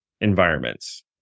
environments